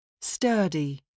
Sturdy